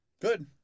Good